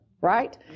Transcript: right